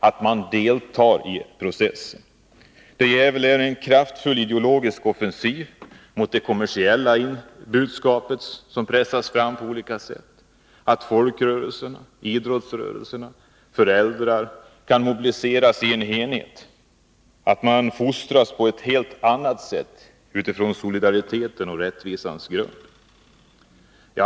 Alla måste delta i processen. Det måste ske en kraftfull ideologisk offensiv mot det kommersiella budskap som pressas fram på olika sätt. Folkrörelserna, idrottsrörelsen och föräldrarna måste mobiliseras enigt. Ungdomen måste fostras på ett helt annat sätt på solidaritetens och rättvisans grund.